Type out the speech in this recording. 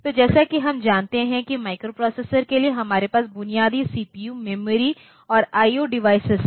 तो जैसा कि हम जानते हैं कि माइक्रोप्रोसेसर के लिए हमारे पास बुनियादी सीपीयू मेमोरी और आईओ डिवाइस हैं